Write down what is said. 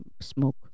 Smoke